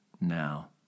now